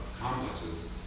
complexes